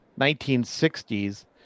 1960s